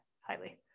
Highly